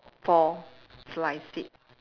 four slice it